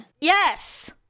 Yes